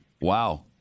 Wow